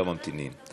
לא ממתינים.